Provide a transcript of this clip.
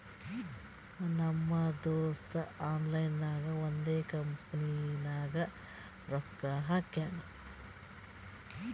ನಮ್ ದೋಸ್ತ ಆನ್ಲೈನ್ ನಾಗೆ ಒಂದ್ ಕಂಪನಿನಾಗ್ ರೊಕ್ಕಾ ಹಾಕ್ಯಾನ್